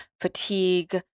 fatigue